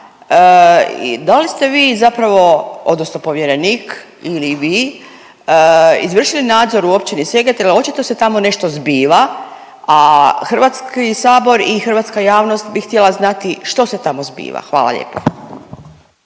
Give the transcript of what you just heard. da li ste vi zapravo, odnosno povjerenik ili vi izvršili nadzor u općini Seget jer očito se tamo nešto zbiva, a Hrvatski sabor i hrvatska javnost bi htjela znati što se tamo zbiva. Hvala lijepa.